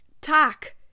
Talk